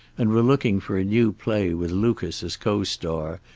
and were looking for a new play with lucas as co-star,